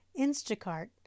Instacart